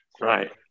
Right